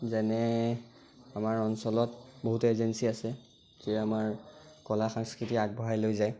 যেনে আমাৰ অঞ্চলত বহুতো এজেঞ্চি আছে যি আমাৰ কলা সংস্কৃতি আগবঢ়াই লৈ যায়